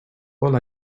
all